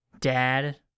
Dad